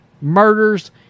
murders